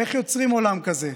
איך יוצרים עולם כזה,